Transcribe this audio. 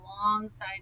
alongside